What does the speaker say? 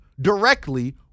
directly